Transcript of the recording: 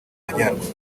majyaruguru